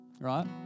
right